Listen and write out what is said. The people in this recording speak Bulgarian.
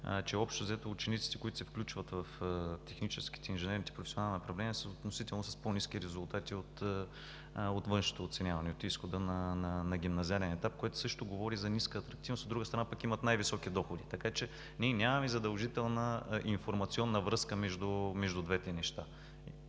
че общо взето учениците, които се включват в техническите и инженерните професионални направления, са относително с по-ниски резултати от външното оценяване, от изхода на гимназиален етап, което също говори за ниска атрактивност, от друга страна пък, имат най-високи доходи. Така че ние нямаме задължителна информационна връзка между двете неща.